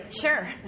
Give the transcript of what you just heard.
Sure